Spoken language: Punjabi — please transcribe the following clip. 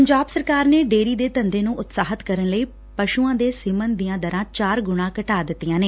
ਪੰਜਾਬ ਸਰਕਾਰ ਨੇ ਡੇਅਰੀ ਦੇ ਧੰਦੇ ਨੂੰ ਉਤਸ਼ਾਹਿਤ ਕਰਨ ਲਈ ਪਸੂਆਂ ਦੇ ਸੀਮਨ ਦੀਆਂ ਦਰਾਂ ਚਾਰ ਗੁਣਾ ਘਟਾ ਦਿੱਡੀਆ ਨੇ